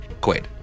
Quaid